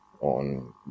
on